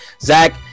Zach